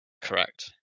Correct